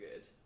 good